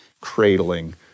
cradling